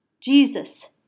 Jesus